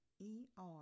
E-R